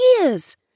years